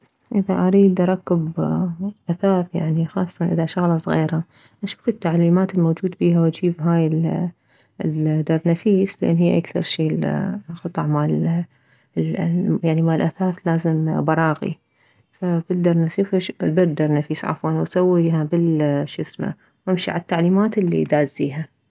اذا اريد اركب اثاث يعني خاصة اذا شغلة صغيرة اشوف التعليمات الموجود بيها واجيب هاي ال الدرنفيس لان هي اكثر شي القطع مال يعني مالاثاث لازم براغي بالدرنفي بالدرنفيس عفوا واسويها بالشمسه وامشي عالتعليمات الي دازيها